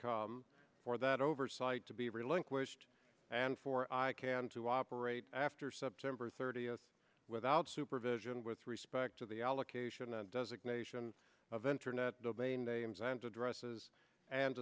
come for that oversight to be relinquished and for i can to operate after september thirtieth without supervision with respect to the allocation and designation of internet domain names and addresses and